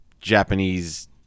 Japanese